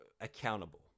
accountable